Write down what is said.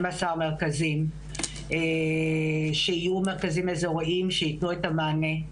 מרכזים שיהיו מרכזים אזוריים שייתנו את המענה,